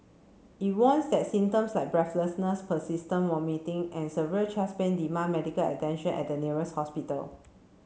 it warns that symptoms like breathlessness persistent vomiting and severe chest pain demand medical attention at the nearest hospital